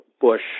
Bush